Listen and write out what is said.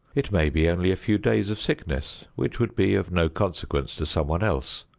it may be only a few days of sickness which would be of no consequence to someone else.